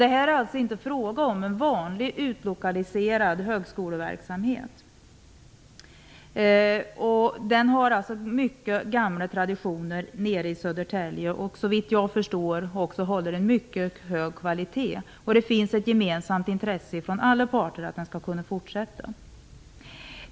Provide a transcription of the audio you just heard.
Det är alltså inte fråga om en vanlig utlokaliserad högskoleverksamhet. Den har mycket gamla traditioner i Södertälje. Såvitt jag förstår håller den en mycket hög kvalitet, och det finns ett gemensamt intresse från alla parter att kunna fortsätta.